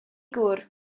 gŵr